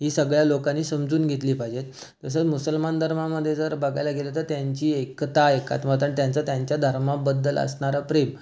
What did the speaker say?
ही सगळ्या लोकांनी समजून घेतली पाहिजेत जसं मुसलमान धर्मामध्ये जर बघायला गेलं तर त्यांची एकता एकात्मता अन् त्यांच त्यांच्या धर्माबद्दल असणारं प्रेम